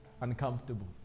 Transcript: uncomfortable